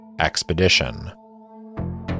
expedition